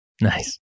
Nice